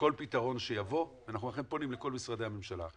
לכל פתרון שיבוא ואנחנו אכן פונים לכל משרדי הממשלה,